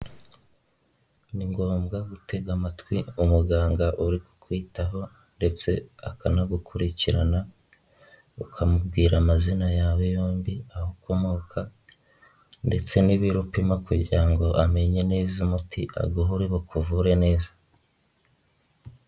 Ni ngombwa gutega amatwi umuganga uri kukwitaho ndetse akanagukurikirana, ukamubwira amazina yawe yombi, aho ukomoka ndetse n'ibiro upima kugira ngo amenye neza umuti aguha uri bukuvure neza.